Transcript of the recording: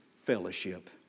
fellowship